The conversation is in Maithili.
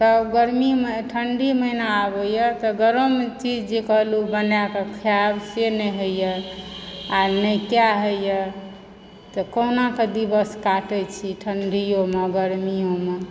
तब गर्मी ठण्डी महीना आबयए तऽ गर्म चीज जे कहलहुँ बनाकऽ खायब से नहि होइए आइ नहि कय होइए तऽ कहुनाकऽ दिवस काटय छी ठंडियोम गर्मियोमऽ